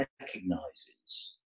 recognizes